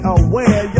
aware